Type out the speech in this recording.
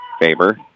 Faber